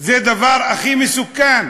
זה הדבר הכי מסוכן,